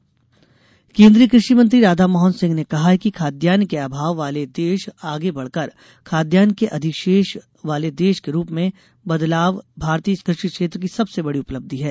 कृषि बदलाव केन्द्रीय कृषि मंत्री राधामोहन सिंह ने कहा है कि खाद्यान के अभाव वाले देश आगे बढ़कर खाद्यान के अधिशेष वाले देश के रूप में बदलाव भारतीय कृषि क्षेत्र की सबसे बड़ी उपलब्धि है